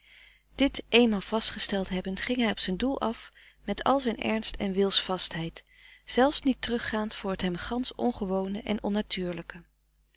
dit eenmaal vastgesteld hebbend ging hij op zijn doel af met al zijn ernst en wils vastheid zelfs niet terug gaand voor het hem gansch ongewone en onnatuurlijke